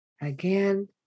Again